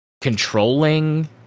controlling